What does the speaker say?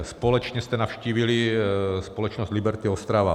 Společně jste navštívili společnost Liberty Ostrava.